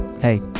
Hey